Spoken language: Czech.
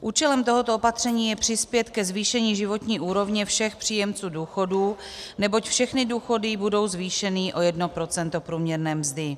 Účelem tohoto opatření je přispět ke zvýšení životní úrovně všech příjemců důchodů, neboť všechny důchody budou zvýšeny o 1 % průměrné mzdy.